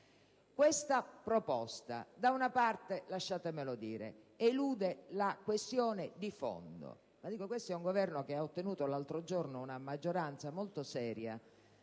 Questa proposta, da una parte, lasciatemelo dire, elude la questione di fondo. Questo Governo ha ottenuto l'altro giorno una maggioranza molto seria,